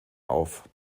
auf